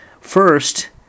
First